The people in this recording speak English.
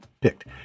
picked